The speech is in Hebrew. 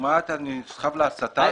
אתה נסחב להסתה הזאת?